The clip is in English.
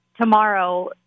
tomorrow